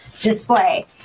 display